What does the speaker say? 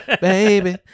baby